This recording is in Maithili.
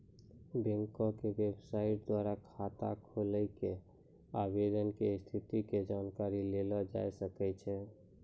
बैंक के बेबसाइटो द्वारा खाता खोलै के आवेदन के स्थिति के जानकारी लेलो जाय सकै छै